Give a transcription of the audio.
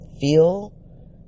feel